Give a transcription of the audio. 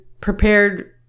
prepared